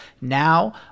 Now